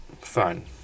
Fine